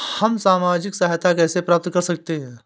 हम सामाजिक सहायता कैसे प्राप्त कर सकते हैं?